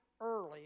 early